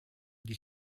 die